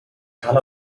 kann